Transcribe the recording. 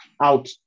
out